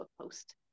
post